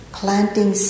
planting